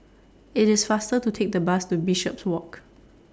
IT IS faster to Take The Bus to Bishopswalk